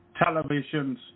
televisions